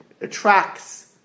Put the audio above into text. attracts